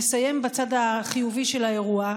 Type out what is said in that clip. נסיים בצד החיובי של האירוע.